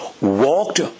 walked